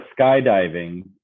skydiving